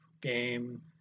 game